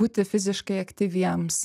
būti fiziškai aktyviems